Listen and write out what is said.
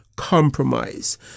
compromise